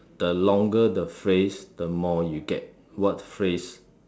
the longer the phrase the more you get what phrase